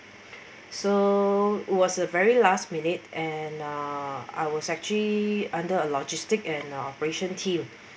so was a very last minute and uh I was actually under a logistic and operation team